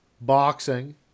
boxing